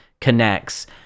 connects